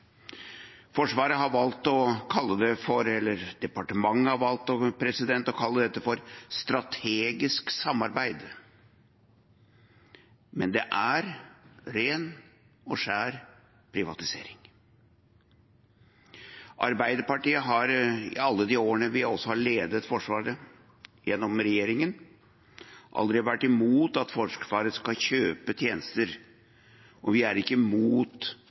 Forsvaret har valgt å kalle det for – eller departementet har valgt å kalle det for – strategisk samarbeid, men det er ren og skjær privatisering. Arbeiderpartiet har i alle de årene vi har ledet Forsvaret, gjennom regjering, aldri vært imot at Forsvaret skal kjøpe tjenester, og vi er selvfølgelig ikke imot